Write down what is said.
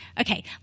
okay